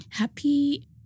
happy